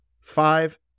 Five